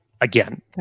Again